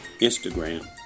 Instagram